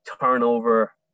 turnover